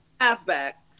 halfback